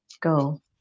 Go